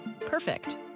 Perfect